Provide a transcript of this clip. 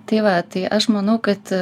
tai va tai aš manau kad